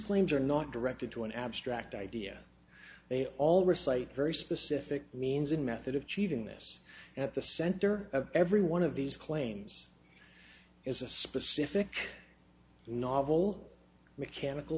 claims are not directed to an abstract idea they all recite very specific means in method of achieving this and at the center of every one of these claims is a specific novel mechanical